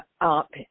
up